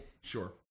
Sure